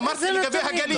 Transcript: אמרתי לגבי הגליל.